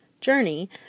journey